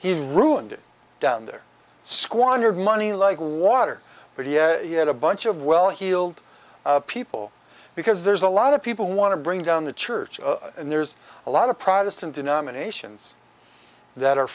he ruined it down there squandered money like water but you had a bunch of well heeled people because there's a lot of people who want to bring down the church and there's a lot of protestant denominations that are